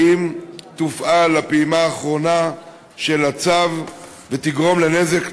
האם תופעל הפעימה האחרונה של הצו ותגרום לנזק נוסף?